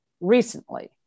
recently